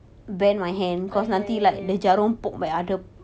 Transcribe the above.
ah ya ya ya